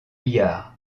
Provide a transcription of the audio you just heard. bihar